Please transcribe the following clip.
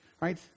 right